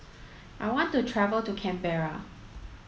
I want to travel to Canberra